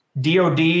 DOD